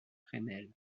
fresnel